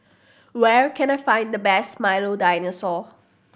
where can I find the best Milo Dinosaur